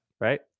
Right